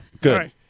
Good